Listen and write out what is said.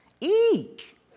Eek